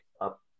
up